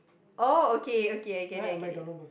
oh okay okay I get it I get it